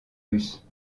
russes